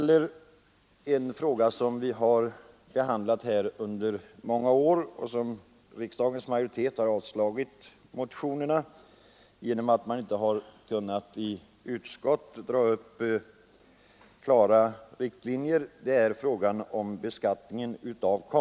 En fråga som vi behandlat här i riksdagen under många år gäller beskattningen av konst. Riksdagens majoritet har avslagit de motioner som väckts under åren på grund av att man inte i utskott kunnat dra upp klara riktlinjer.